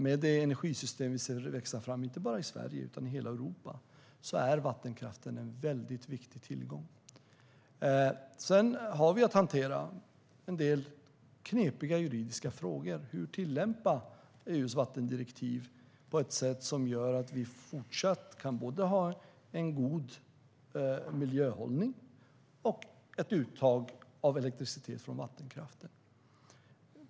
I det energisystem vi ser växa fram inte bara i Sverige utan i hela Europa är vattenkraften en väldigt viktig tillgång. Sedan har vi en del knepiga juridiska frågor att hantera när det gäller hur man ska tillämpa EU:s vattendirektiv på ett sätt som gör att vi fortsatt kan ha både en god miljöhållning och ett uttag av elektricitet från vattenkraften.